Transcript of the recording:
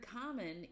common